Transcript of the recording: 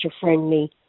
friendly